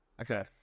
Okay